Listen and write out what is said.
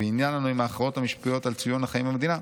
ועניין לנו עם ההכרעות המשפיעות על צביון החיים במדינה,